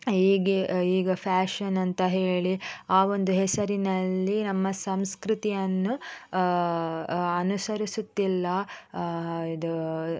ಹೀಗೆ ಈಗ ಫ್ಯಾಷನ್ ಅಂತ ಹೇಳಿ ಆ ಒಂದು ಹೆಸರಿನಲ್ಲಿ ನಮ್ಮ ಸಂಸ್ಕೃತಿಯನ್ನು ಅನುಸರಿಸುತ್ತಿಲ್ಲ ಇದು